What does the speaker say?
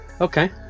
Okay